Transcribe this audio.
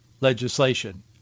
legislation